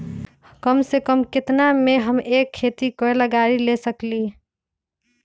कम से कम केतना में हम एक खेती करेला गाड़ी ले सकींले?